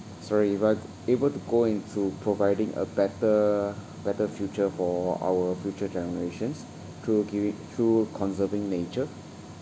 sorry if we are able to go into providing a better better future for our future generations through give it through conserving nature